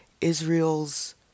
Israel's